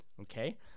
Okay